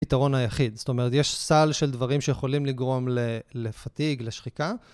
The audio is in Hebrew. יתרון היחיד, זאת אומרת, יש סל של דברים שיכולים לגרום לפתיג, לשחיקה.